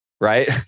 right